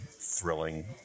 thrilling